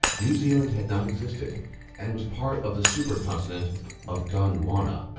new zealand had not existed and was part of the supercontinent of gondwana.